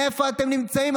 איפה אתם נמצאים,